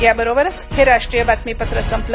याबरोबरच हे राष्ट्रीय बातमीपत्र संपलं